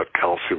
calcium